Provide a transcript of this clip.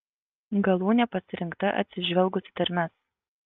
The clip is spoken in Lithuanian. galūnė pasirinkta atsižvelgus į tarmes